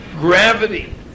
gravity